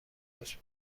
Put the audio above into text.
بود